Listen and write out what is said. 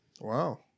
Wow